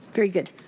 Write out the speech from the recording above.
very good.